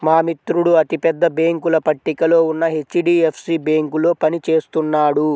మా మిత్రుడు అతి పెద్ద బ్యేంకుల పట్టికలో ఉన్న హెచ్.డీ.ఎఫ్.సీ బ్యేంకులో పని చేస్తున్నాడు